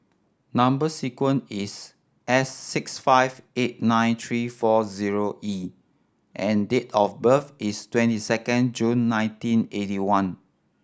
number sequence is S six five eight nine three four zero E and date of birth is twenty second June nineteen eighty one